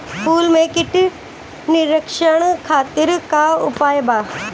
फूल में कीट नियंत्रण खातिर का उपाय बा?